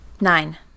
Nine